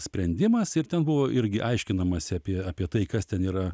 sprendimas ir ten buvo irgi aiškinamasi apie apie tai kas ten yra